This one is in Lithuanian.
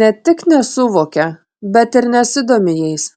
ne tik nesuvokia bet ir nesidomi jais